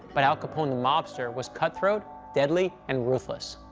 but al capone the mobster was cutthroat, deadly, and ruthless.